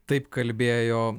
taip kalbėjo